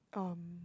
um